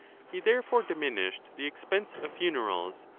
he therefore diminished the expense of funerals,